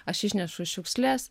aš išnešu šiukšles